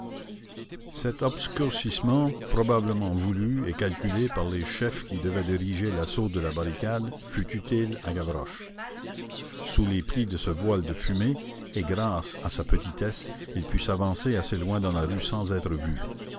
cet obscurcissement probablement voulu et calculé par les chefs qui devaient diriger l'assaut de la barricade fut utile à gavroche sous les plis de ce voile de fumée et grâce à sa petitesse il put s'avancer assez loin dans la rue sans être vu